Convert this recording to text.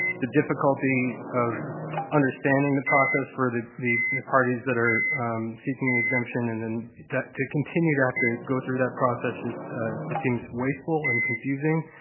the difficulty of understanding the process for the the parties that are seeking the exemption and then to continue to have to go through that process just seems wasteful and confusing,